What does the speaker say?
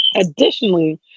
Additionally